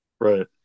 Right